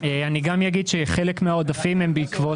גם אומר שחלק מהעודפים הם בעקבות-